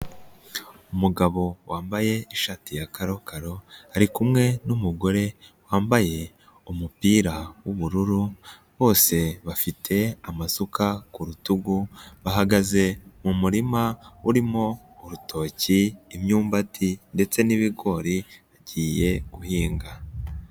Umugabo wambaye ishati ya karokaro, arikumwe n'umugore wambaye umupira w'ubururu, bose bafite amasuka ku rutugu, bahagaze mu murima urimo urutoki, imyumbati ndetse n'ibigori, bagiye guhinga.